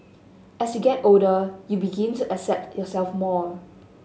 as you get older you begin to accept yourself more